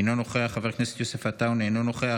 אינו נוכח, חבר הכנסת יוסף עטאונה, אינו נוכח,